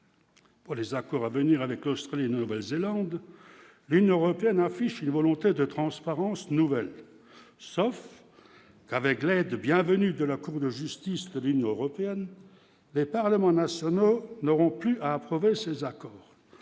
Pour les accords à venir avec l'Australie et Nouvelle-Zélande, de l'Union européenne, volonté de transparence nouvelle sauf qu'avec l'aide de bienvenue de la Cour de justice de l'Union européenne, les parlements nationaux n'auront plus approuver ces accords